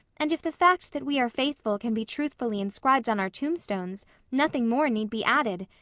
and if the fact that we are faithful can be truthfully inscribed on our tombstones nothing more need be added.